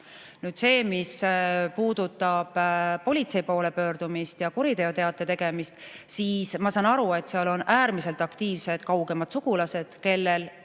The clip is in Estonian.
Mis puudutab politsei poole pöördumist ja kuriteoteate tegemist, siis ma saan aru, et seal on äärmiselt aktiivsed kaugemad sugulased, kellel